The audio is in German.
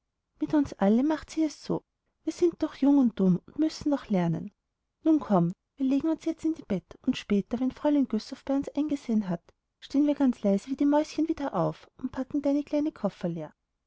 mit uns alle macht sie es so wir sind doch jung und dumm und müssen noch lernen nun komm wir legen uns jetzt in die bett und später wenn fräulein güssow bei uns eingesehen hat stehen wir ganz leise wie die mäuschen wieder auf und packen deiner kleine koffer leer